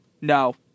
No